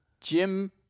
Jim